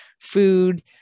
food